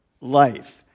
life